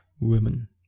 women